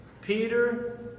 Peter